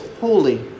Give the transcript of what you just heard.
holy